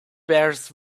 bears